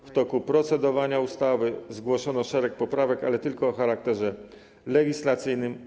W toku procedowania ustawy zgłoszono szereg poprawek, ale tylko o charakterze legislacyjnym.